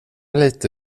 lite